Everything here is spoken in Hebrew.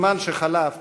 הזמן שחלף